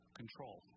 control